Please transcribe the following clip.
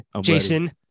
Jason